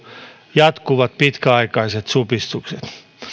jatkuvat pitkäaikaiset supistukset